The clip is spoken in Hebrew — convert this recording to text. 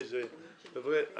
חבר'ה,